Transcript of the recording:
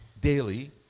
daily